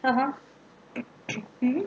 (uh huh) mmhmm